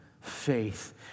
faith